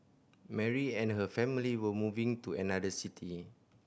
Mary and her family were moving to another city